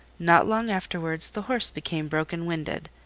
not long afterwards the horse became broken-winded,